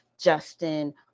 Justin